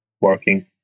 working